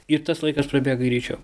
ir tas laikas prabėga greičiau